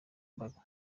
mbaga